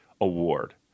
award